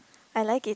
I like it